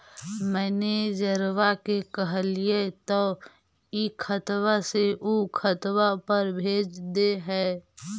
मैनेजरवा के कहलिऐ तौ ई खतवा से ऊ खातवा पर भेज देहै?